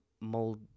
mold